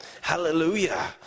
hallelujah